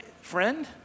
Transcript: friend